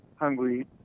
hungry